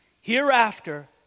Hereafter